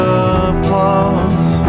applause